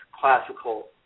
classical